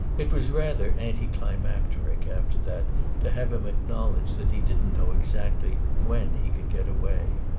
it was rather anti-climacteric after that to have him acknowledge that he didn't know exactly when he could get away!